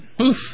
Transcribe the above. Oof